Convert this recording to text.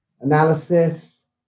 analysis